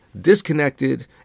disconnected